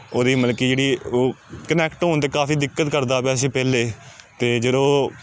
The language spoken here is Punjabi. ਉਹਦੀ ਮਤਲਬ ਕਿ ਜਿਹੜੀ ਉਹ ਕਨੈਕਟ ਹੋਣ 'ਤੇ ਕਾਫ਼ੀ ਦਿੱਕਤ ਕਰਦਾ ਪਿਆ ਸੀ ਪਹਿਲਾਂ ਤਾਂ ਜਦੋਂ